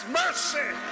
mercy